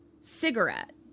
cigarette